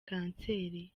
kanseri